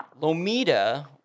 Lomita